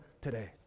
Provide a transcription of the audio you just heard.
today